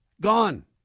Gone